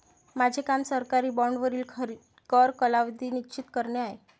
माझे काम सरकारी बाँडवरील कर कालावधी निश्चित करणे आहे